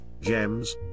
gems